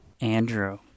Andrew